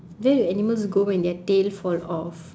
where do animals go when their tail fall off